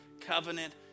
covenant